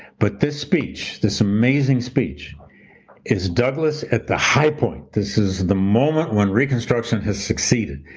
but this speech, this amazing speech is douglass at the high point, this is the moment when reconstruction has succeeded.